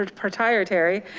proprietary